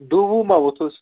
دُہ وُہ ما ووٚتھُس